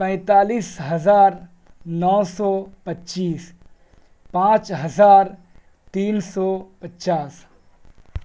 پینتالیس ہزار نو سو پچیس پانچ ہزار تین سو پچاس